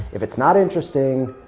if it's not interesting,